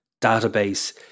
database